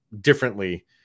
differently